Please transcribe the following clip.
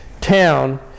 town